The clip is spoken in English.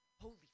holy